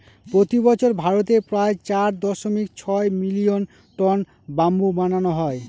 প্রতি বছর ভারতে প্রায় চার দশমিক ছয় মিলিয়ন টন ব্যাম্বু বানানো হয়